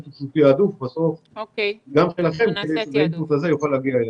תעדוף ושהאינפוט הזה יוכל להגיע אלינו.